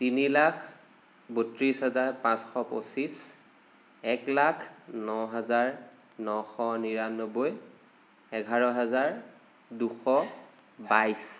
তিনি লাখ বত্ৰিছ হাজাৰ পাঁচশ পঁচিছ এক লাখ ন হাজাৰ নশ নিৰানব্বৈ এঘাৰ হাজাৰ দুশ বাইছ